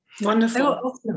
Wonderful